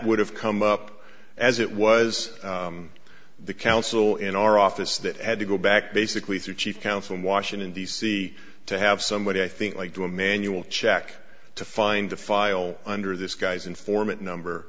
would have come up as it was the counsel in our office that had to go back basically through chief counsel in washington d c to have somebody i think like do a manual check to find the file under this guy's informant number